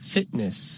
Fitness